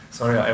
Sorry